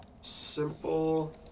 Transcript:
simple